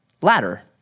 ladder